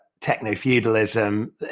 techno-feudalism